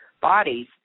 bodies